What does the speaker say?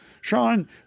Sean